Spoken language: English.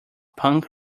punk